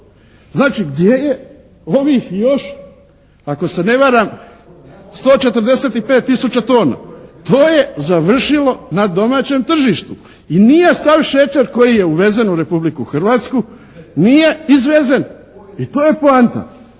Znači gdje je ovih još ako se ne varam, 145 tisuća tona? To je završilo na domaćem tržištu i nije sav šećer koji je uvezen u Republiku Hrvatsku, nije izvezen i to je poanta.